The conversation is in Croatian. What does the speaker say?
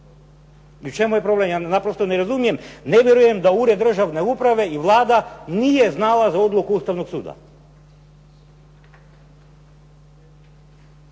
I u čemu je problem? Ja naprosto ne razumijem. Ne vjerujem da ured državne uprave i Vlada nije znala za odluku Ustavnog suda.